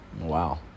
Wow